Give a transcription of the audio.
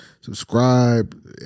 Subscribe